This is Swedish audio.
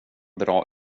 bra